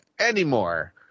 anymore